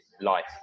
life